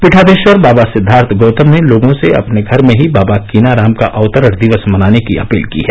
पीठादीश्वर बाबा सिद्वार्थ गौतम ने लोगों से अपने घर में ही बाबा कीनाराम के अवतरण दिवस मनाने की अपील की है